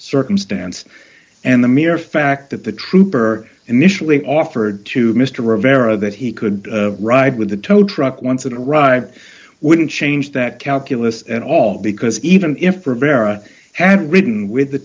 circumstance and the mere fact that the trooper initially offered to mr rivera that he could ride with the tow truck once it arrived wouldn't change that calculus at all because even if rivera added ridden with the